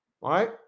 right